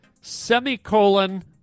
Semicolon